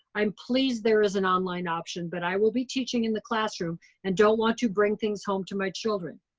i'm pleased there is an online option but i will be teaching in the classroom and don't want to bring things home to my children.